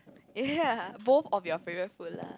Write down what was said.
ya both of your favourite food lah